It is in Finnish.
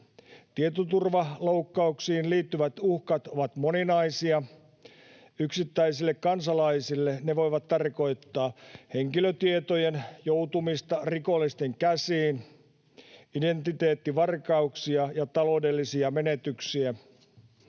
Tietoturvaloukkauksiin liittyvät uhkat ovat moninaisia. Yksittäisille kansalaisille ne voivat tarkoittaa henkilötietojen joutumista rikollisten käsiin, identiteettivarkauksia ja taloudellisia menetyksiä.